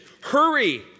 Hurry